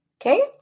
okay